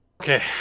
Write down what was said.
Okay